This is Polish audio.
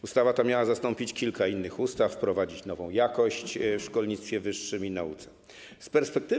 Ustawa ta miała zastąpić kilka innych ustaw, wprowadzić nową jakość w szkolnictwie wyższym i nauce.